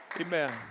Amen